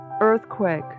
earthquake